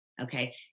Okay